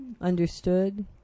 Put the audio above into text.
understood